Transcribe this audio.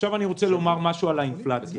עכשיו אני רוצה לומר משהו על האינפלציה: